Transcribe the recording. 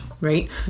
right